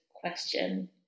question